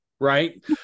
right